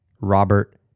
Robert